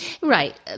Right